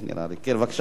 אדוני,